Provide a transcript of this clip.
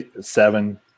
seven